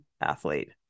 athlete